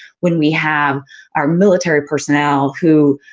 when we have our military personnel who,